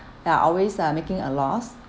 ya I always uh making a loss